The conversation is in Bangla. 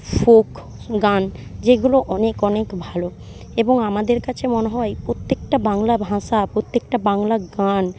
ফোক গান যেগুলো অনেক অনেক ভালো এবং আমাদের কাছে মনে হয় প্রত্যেকটা বাংলা ভাষা প্রত্যেকটা বাংলা গান